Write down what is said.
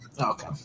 Okay